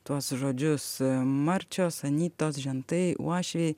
tuos žodžius marčios anytos žentai uošviai